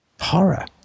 horror